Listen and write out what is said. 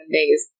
days